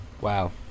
Wow